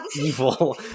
evil